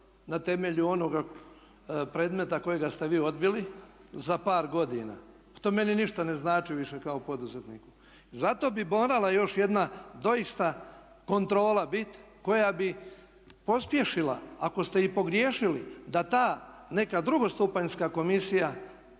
na temelju onoga predmeta kojega ste vi odbili za par godina. Pa to meni ništa ne znači više kao poduzetniku. Zato bi morala još jedna doista kontrola biti koja bi pospješila ako ste i pogriješili da ta neka drugo stupanjska komisija